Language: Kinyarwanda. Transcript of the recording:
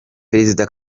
perezida